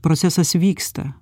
procesas vyksta